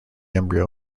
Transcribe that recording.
embryo